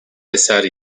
eser